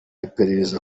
iperereza